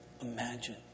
imagine